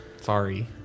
Sorry